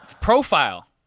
profile